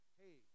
hey